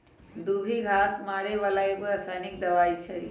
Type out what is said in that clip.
दुभी घास मारे बला एगो रसायनिक दवाइ हइ